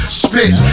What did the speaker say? spit